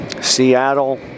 Seattle